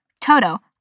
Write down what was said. Toto